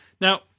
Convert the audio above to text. Now